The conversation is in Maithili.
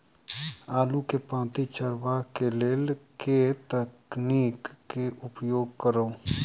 आलु केँ पांति चरावह केँ लेल केँ तकनीक केँ उपयोग करऽ?